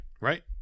right